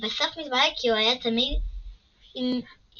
ובסוף הספר מתברר כי הוא היה תמיד עם שיקוי